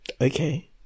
Okay